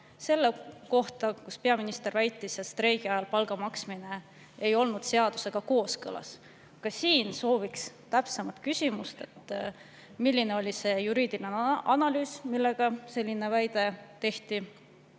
selle kohta, kui peaminister väitis, et streigi ajal palga maksmine ei olnud seadusega kooskõlas. Ka siin sooviks täpsemat [vastust], milline oli see juriidiline analüüs, mille alusel selline väide